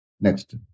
Next